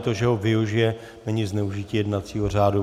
To, že ho využije, není zneužití jednacího řádu.